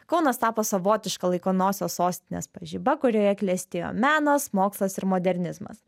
kaunas tapo savotiška laikinosios sostinės pažiba kurioje klestėjo menas mokslas ir modernizmas